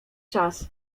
czas